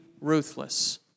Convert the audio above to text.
ruthless